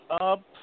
up –